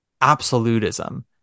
absolutism